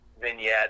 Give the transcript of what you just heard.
vignette